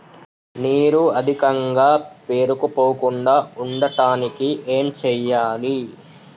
నీరు అధికంగా పేరుకుపోకుండా ఉండటానికి ఏం చేయాలి?